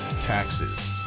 taxes